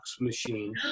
machine